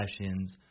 sessions